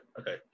Okay